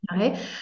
Okay